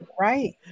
Right